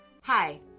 Hi